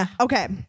okay